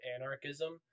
anarchism